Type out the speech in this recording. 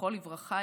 זכרו לברכה,